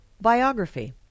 biography